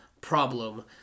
problem